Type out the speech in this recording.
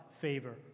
favor